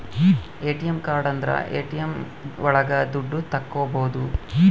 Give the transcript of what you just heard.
ATM card ಇದ್ರ ATM ಒಳಗ ದುಡ್ಡು ತಕ್ಕೋಬೋದು